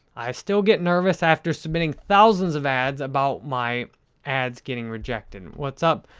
i still get nervous, after submitting thousands of ads, about my ads getting rejected. what's up?